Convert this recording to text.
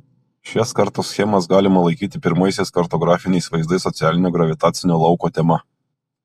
šias kartoschemas galima laikyti pirmaisiais kartografiniais vaizdais socialinio gravitacinio lauko tema